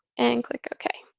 and click ok.